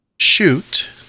Shoot